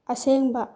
ꯑꯁꯦꯡꯕ